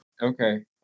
Okay